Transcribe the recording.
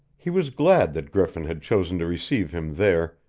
he was glad that griffin had chosen to receive him there,